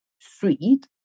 sweet